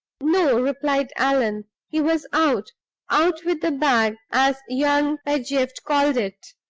no, replied allan he was out out with the bag, as young pedgift called it.